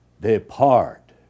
Depart